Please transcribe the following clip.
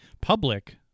public